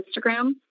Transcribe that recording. Instagram